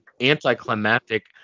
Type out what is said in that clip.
anticlimactic